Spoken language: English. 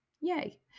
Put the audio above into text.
Yay